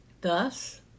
Thus